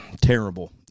Terrible